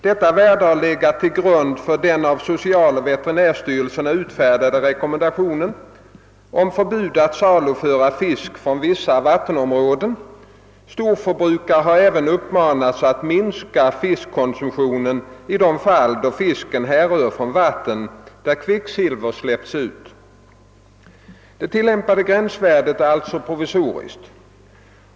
Detta värde har legat till grund för den av socialoch veterinärstyrelserna utfärdade rekommendationen om förbud att saluhålla fisk från vissa vattenområden. Storförbrukare har även uppmanats att minska fiskkonsumtionen i de fall då fisken härrör från vatten där kvicksilver släpps ut; Det tillämpade gränsvärdet är alltså provisoriskt.